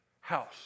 house